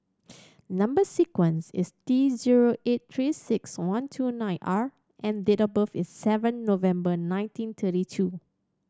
number sequence is T zero eight Three Six One two nine R and date of birth is seven November nineteen thirty two